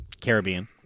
caribbean